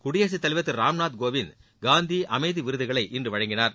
குடியரசுத் தலைவர் திரு ராம்நாத் கோவிந்த் காந்தி அமைதி விருதுகளை இன்று வழங்கினார்